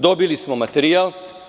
Dobili smo materijal.